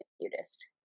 cutest